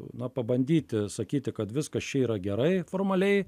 na pabandyti sakyti kad viskas čia yra gerai formaliai